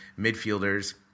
midfielders